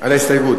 על ההסתייגות.